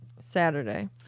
Saturday